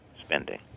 spending